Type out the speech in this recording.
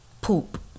poop